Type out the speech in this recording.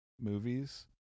movies